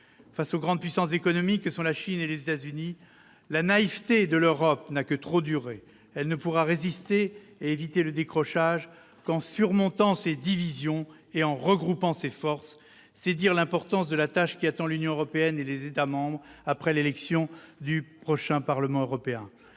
Face aux grandes puissances économiques que sont la Chine et les États-Unis, la naïveté de l'Europe n'a que trop duré. Elle ne pourra résister et éviter le décrochage qu'en surmontant ses divisions et en regroupant ses forces. C'est dire l'importance de la tâche qui attend l'Union européenne et ses États membres, après l'élection du prochain Parlement européen.